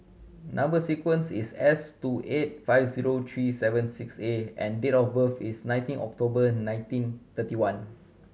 number sequence is S two eight five zero three seven six A and date of birth is nineteen October nineteen thirty one